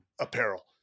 apparel